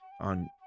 on